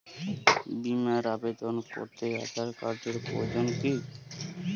বিমার আবেদন করতে আধার কার্ডের প্রয়োজন কি?